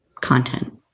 content